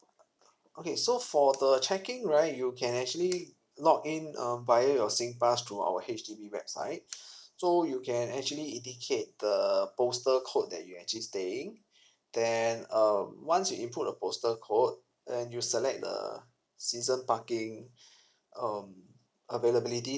okay so for the checking right you can actually log in um via your singpass to our H_D_B website so you can actually indicate the postal code that you're actually staying then um once you input a postal code then you select the season parking um availability